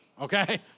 okay